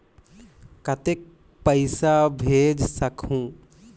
कतेक पइसा भेज सकहुं?